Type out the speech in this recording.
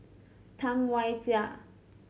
Tam Wai Jia